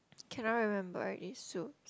cannot remember already soup